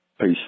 peace